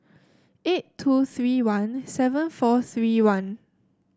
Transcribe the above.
eight two three one seven four three one